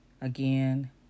Again